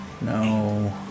No